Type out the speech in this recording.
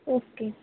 okay